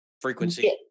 frequency